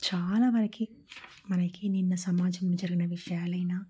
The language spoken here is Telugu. చాలా వరకి మనకి నిన్న సమాజంలో జరిగిన విషయాలు అయినా